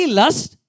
lust